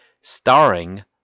Starring